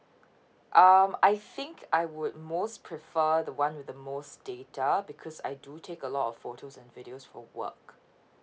um I think I would most prefer the one with the most data because I do take a lot of photos and videos for work